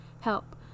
help